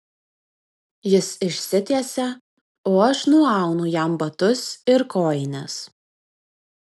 jis išsitiesia o aš nuaunu jam batus ir kojines